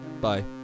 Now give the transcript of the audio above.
bye